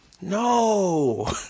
no